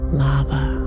lava